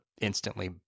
instantly